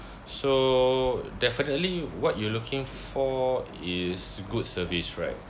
so definitely what you looking for is good service right